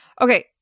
Okay